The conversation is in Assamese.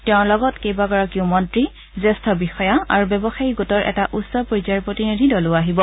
তেওঁৰ লগত কেইবাগৰাকী মন্ত্ৰী জ্যেষ্ঠ বিষয়া আৰু ব্যৱসায়ী গোটৰ এটা উচ্চ পৰ্যায়ৰ প্ৰতিনিধি দলো আহিব